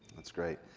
that's great.